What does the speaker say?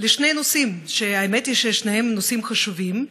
לשני נושאים שהאמת היא ששניהם נושאים חשובים,